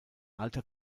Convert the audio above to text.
alter